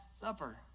supper